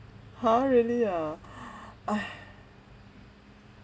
!huh! really ah !aiya!